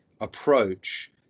approach